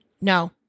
no